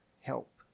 help